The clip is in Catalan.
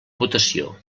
votació